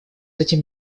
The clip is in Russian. этим